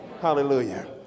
Hallelujah